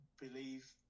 Believe